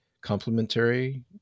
complementary